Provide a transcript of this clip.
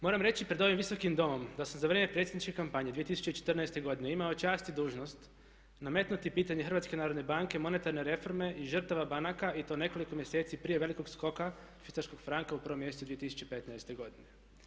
Moram reći pred ovim Visokim domom da sam za vrijeme predsjedničke kampanje 2014. godine imao čast i dužnost nametnuti pitanje Hrvatske narodne banke, monetarne reforme i žrtava banaka i to nekoliko mjeseci prije velikog skoka švicarskog franka u prvom mjesecu 2015. godine.